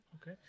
Okay